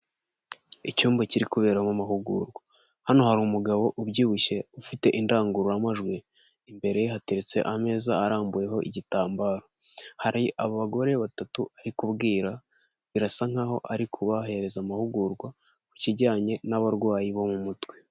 Icyumba kiri kubera mu mahugurwa hano hari umugabo ubyibushye ufite indangururamajwi imbere hateretse ameza arambuyeho igitambaro hari abagore batatu ari kubwira birasa nkaho ari kubahereza amahugurwa ku kijyanye n'abarwayi bo mu mutwe.